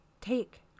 take